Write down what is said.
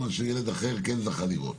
מה שילד אחר כן זכה לראות.